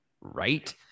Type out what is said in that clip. right